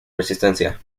resistencia